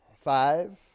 five